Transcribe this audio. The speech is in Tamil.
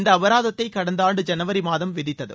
இந்த அபராதத்தை கடந்த ஆண்டு ஜனவரி மாதம் விதித்தது